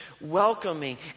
welcoming